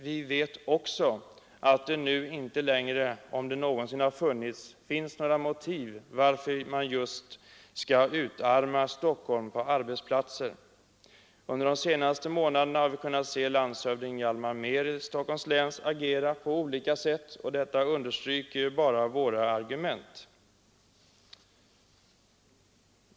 Vi vet också att det nu inte längre finns några motiv — om det någonsin har funnits — till att utarma just Stockholm på arbetsplatser. Under de senaste månaderna har vi kunnat se landshövding Hjalmar Mehr i Stockholms län agera på olika sätt som bara understryker våra argument.